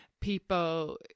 people